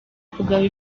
kugaba